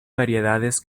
variedades